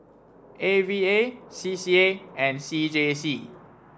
A V A C C A and C J C